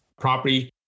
property